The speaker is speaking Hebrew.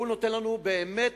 שהוא באמת